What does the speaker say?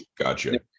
gotcha